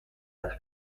las